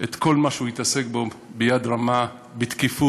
את כל מה שהוא התעסק בו, ביד רמה, בתקיפות,